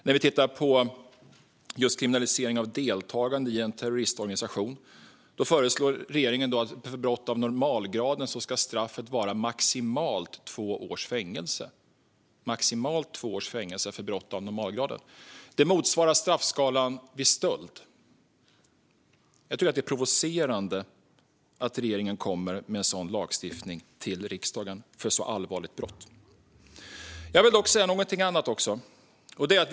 Vad gäller kriminalisering av deltagande i en terroristorganisation föreslår regeringen att för brott av normalgraden ska straffet maximalt vara två års fängelse. Det motsvarar straffskalan vid stöld. Jag tycker att det är provocerande att regeringen kommer till riksdagen med en sådan lagstiftning för ett så pass allvarligt brott. Jag vill också tala om något annat.